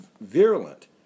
virulent